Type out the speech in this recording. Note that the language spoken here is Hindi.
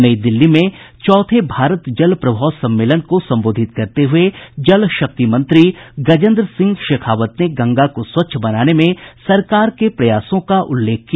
नई दिल्ली में चौथे भारत जल प्रभाव सम्मेलन को संबोधित करते हुए जलशक्ति मंत्री गजेन्द्र सिंह शेखावत ने गंगा को स्वच्छ बनाने में सरकार के प्रयासों का उल्लेख किया